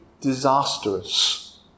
disastrous